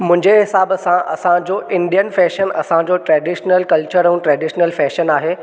मुंहिंजे हिसाब सां असांजो इंडियन फैशन असांजो ट्रेडिश्नल कल्चर ऐं ट्रेडिश्नल फैशन आहे